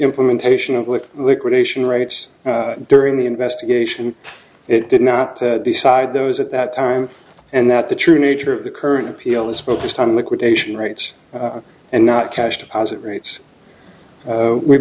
implementation of what liquidation rights during the investigation it did not decide those at that time and that the true nature of the current appeal is focused on liquidation rights and not cash deposit rates